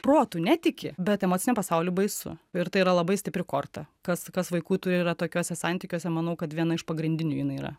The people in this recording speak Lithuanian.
protu netiki bet emociniam pasauly baisu ir tai yra labai stipri korta kas kas vaikų turi yra tokiuose santykiuose manau kad viena iš pagrindinių jinai yra